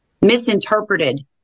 misinterpreted